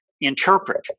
interpret